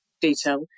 detail